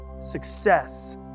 success